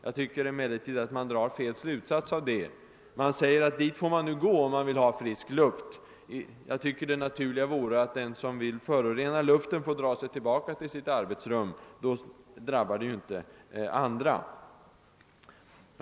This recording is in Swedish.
Jag tycker emellertid att man drar fel slutsats av detta förhållande. Utskottet menar att ledamöterna får gå till dessa rum om de vill ha frisk luft. Det naturliga borde vara att den som vill förorena luften får dra sig tillbaka till sitt arbetsrum. Då drabbar det inte andra.